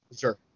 Sure